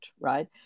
right